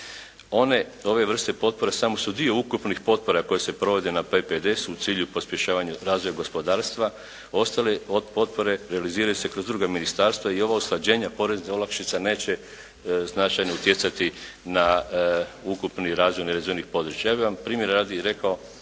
One, ove vrste potpora samo su dio ukupnih potpora koje se provode na PPDS-u u cilju pospješavanja razvoja gospodarstva. Ostale potpore realiziraju se kroz druga ministarstva i ova usklađenja poreznih olakšica neće značajno utjecati na ukupni razvoj nerazvijenih područja. Ja bi vam primjera radi rekao